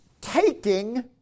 taking